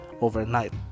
overnight